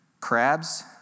crabs